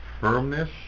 firmness